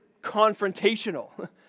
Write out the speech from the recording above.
confrontational